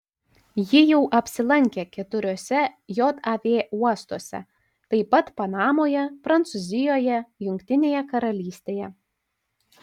ji jau apsilankė keturiuose jav uostuose taip pat panamoje prancūzijoje jungtinėje karalystėje